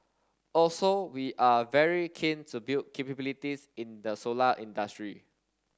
also we are very keen to build capabilities in the solar industry